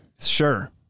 Sure